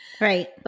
right